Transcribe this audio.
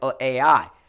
AI